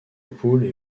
poules